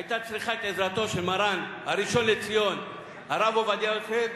היתה צריכה את עזרתו של מרן הראשון לציון הרב עובדיה יוסף,